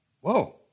Whoa